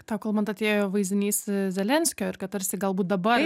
tau kalbant atėjo vaizdinys zelenskio ir kad tarsi galbūt dabar